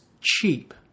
cheap